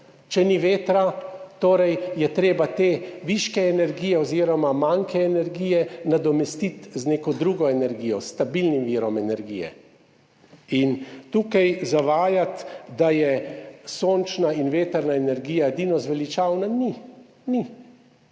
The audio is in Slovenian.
če ni vetra, je torej treba te viške energije oziroma manke energije nadomestiti z neko drugo energijo, s stabilnim virom energije. Tukaj zavajati, da sta sončna in vetrna energija edini zveličavni, nista.